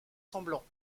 semblant